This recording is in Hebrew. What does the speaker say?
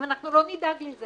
אם אנחנו לא נדאג לזה.